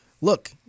look